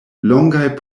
longaj